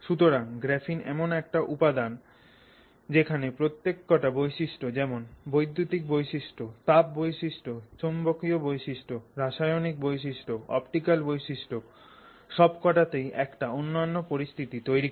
সুতরাং গ্রাফিন আমন একটা উপাদান যেখানে প্রত্যেকটা বৈশিষ্ট্য যেমন বৈদ্যুতিক বৈশিষ্ট তাপ বৈশিষ্ট চৌম্বকীয় বৈশিষ্ট রাসায়নিক বৈশিষ্ট অপটিকাল বৈশিষ্ট্য সব কটাতেই একটা অনন্য পরিস্থিতি তৈরি করে